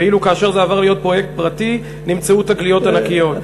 ואילו כאשר זה עבר להיות פרויקט פרטי נמצאו תגליות ענקיות.